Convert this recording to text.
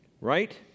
right